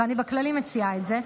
ואני בכללי מציעה את זה,